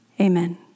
Amen